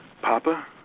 Papa